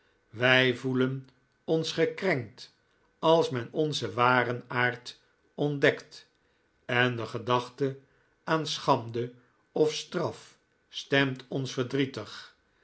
wij voelen ons gekrenkt als men onzen waren aard ontdekt en de gedachte aan schande of straf stemt ons verdrietig